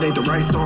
the rice ah